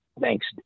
Thanks